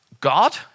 God